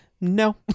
no